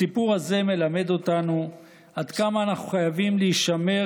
הסיפור הזה מלמד אותנו עד כמה אנחנו חייבים להישמר